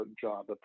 job